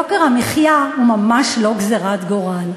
יוקר המחיה הוא ממש לא גזירת גורל.